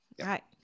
Right